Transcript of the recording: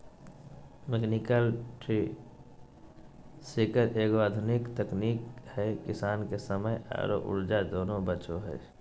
mechanical tree shaker एगो आधुनिक तकनीक है किसान के समय आरो ऊर्जा दोनों बचो हय